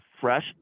fresh